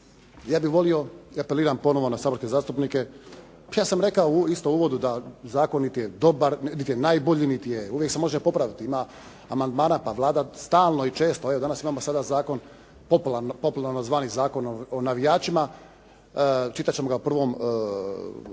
Ja bih volio, ja apeliram ponovno na saborske zastupnike, ja sam rekao isto u uvodu da zakon nit je dobar, nit je najbolji, uvijek se može popraviti, ima amandmana. Pa Vlada stalno i često, evo danas imamo sada zakon popularno zvani zakon o navijačima, bit će prvo čitanje.